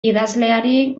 idazleari